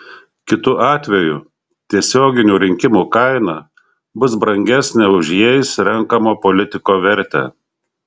kitu atveju tiesioginių rinkimų kaina bus brangesnė už jais renkamo politiko vertę